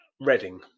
Reading